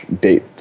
date